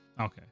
Okay